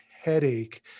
headache